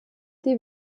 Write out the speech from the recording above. die